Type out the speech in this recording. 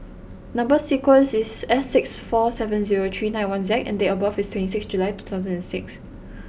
number sequence is S six four seven zero three nine one Z and date of birth is twenty six July two thousand and six